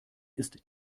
ist